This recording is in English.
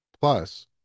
Plus